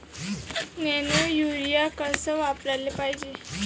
Nano urea कस वापराले पायजे?